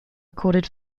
recorded